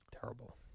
Terrible